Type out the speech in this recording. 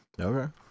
Okay